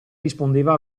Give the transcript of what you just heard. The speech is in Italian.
rispondeva